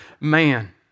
man